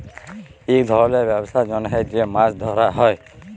ইক ধরলের ব্যবসার জ্যনহ যে মাছ ধ্যরা হ্যয়